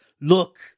look